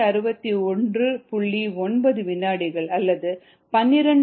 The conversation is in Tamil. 9 வினாடிகள் அல்லது 12